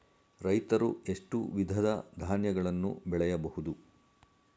ರೈತರು ಎಷ್ಟು ವಿಧದ ಧಾನ್ಯಗಳನ್ನು ಬೆಳೆಯಬಹುದು?